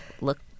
look